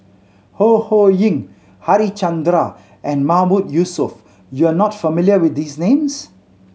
Ho Ho Ying Harichandra and Mahmood Yusof you are not familiar with these names